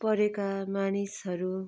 परेका मानिसहरू